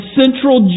central